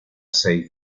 seis